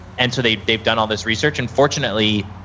and so, they've they've done all this research, and fortunately,